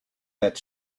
that